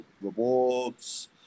rewards